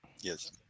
Yes